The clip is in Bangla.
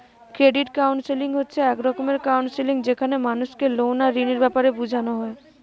ক্রেডিট কাউন্সেলিং হচ্ছে এক রকমের কাউন্সেলিং যেখানে মানুষকে লোন আর ঋণের বেপারে বুঝানা হয়